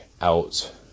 out